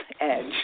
edge